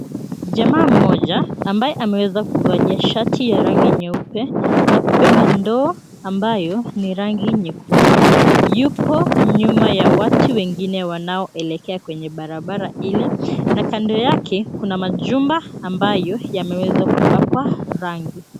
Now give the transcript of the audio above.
Jamaa mmoja, ambaye ameweza kuvalia shati ya rangi nyeupe na kubeba ndoo ambayo ni rangi nyekundu yupo nyuma ya watu wengine wanaoelekea kwenye barabara hilo na kando yake kuna majumba ambayo yameweza kupakwa rangi.